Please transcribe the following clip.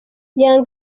young